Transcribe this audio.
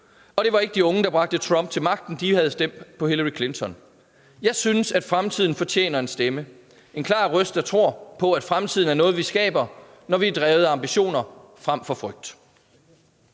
og det var ikke de unge, der er bragte Trump til magten. De havde stemt på Hillary Clinton. Jeg synes, at fremtiden fortjener en stemme – en klar røst, der tror på, at fremtiden er noget, vi skaber, når vi er drevet af ambitioner frem for frygt.